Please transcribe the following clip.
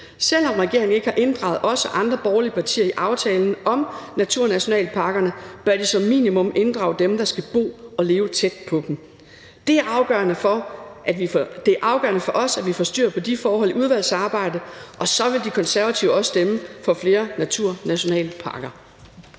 Selv om regeringen ikke har inddraget os og andre borgerlige partier i aftalen om naturnationalparkerne, bør de som minimum inddrage dem, der skal bo og leve tæt på dem. Det er afgørende for os, at vi får styr på de forhold i udvalgsarbejdet, og så vil De Konservative også stemme for flere naturnationalparker.